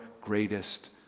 greatest